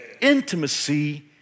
intimacy